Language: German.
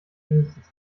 mindestens